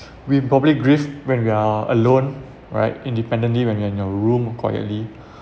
we probably grieve when we are alone right independently when you're in your room quietly